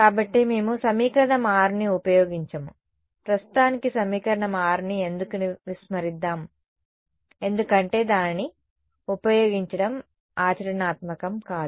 కాబట్టి మేము సమీకరణం 6ని ఉపయోగించము ప్రస్తుతానికి సమీకరణం 6ని ఎందుకు విస్మరిద్దాం ఎందుకంటే దానిని ఉపయోగించడం ఆచరణాత్మకం కాదు